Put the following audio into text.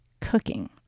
cooking